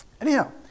Anyhow